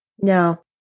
No